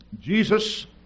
Jesus